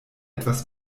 etwas